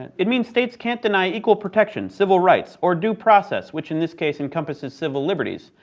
it means states can't deny equal protection, civil rights, or due process, which in this case encompasses civil liberties.